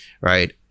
Right